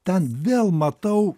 ten vėl matau